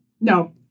No